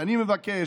ואני מבקש,